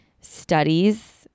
studies